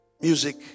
Music